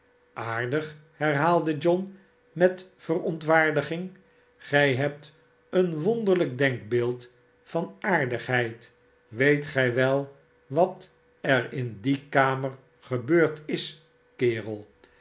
aardig herhaalde john met verontwaardiging gij hebt een wonderlijk denkbeeld van aardigheid weet gij wel wat er in die kamer gebeurd is kerel